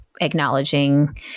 acknowledging –